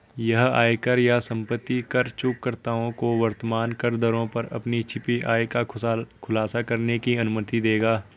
यह आयकर या संपत्ति कर चूककर्ताओं को वर्तमान करदरों पर अपनी छिपी आय का खुलासा करने की अनुमति देगा